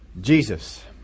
Jesus